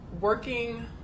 working